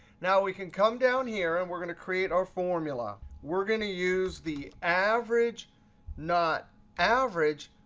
now we can come down here, and we're going to create our formula. we're going to use the average not average,